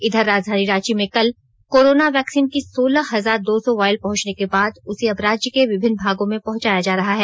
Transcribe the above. इधर राजधानी रांची में कल कोरोना वैक्सीन की सोलह हजार दो सौ वॉयल पहुंचने के बाद उसे अब राज्य के विभिन्न भागों में पहुंचाया जा रहा है